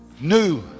new